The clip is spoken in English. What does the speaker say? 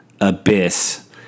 abyss